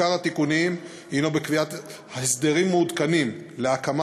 עיקר התיקונים הוא בקביעת הסדרים מעודכנים להקמה